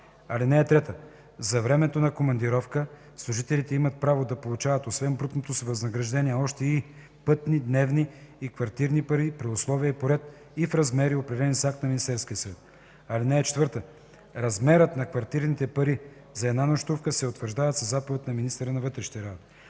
за това. (3) За времето на командировка служителите имат право да получават, освен брутното си възнаграждение още и пътни, дневни и квартирни пари при условия, по ред и в размери, определени с акт на Министерския съвет. (4) Размерът на квартирните пари за една нощувка се утвърждава със заповед на министъра на вътрешните